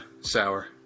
sour